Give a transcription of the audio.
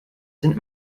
sind